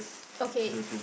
okay